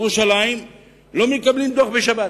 בירושלים לא מקבלים דוח בשבת,